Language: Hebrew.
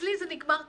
אצלי זה נגמר טוב.